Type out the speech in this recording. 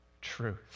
truth